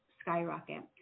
skyrocket